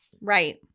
Right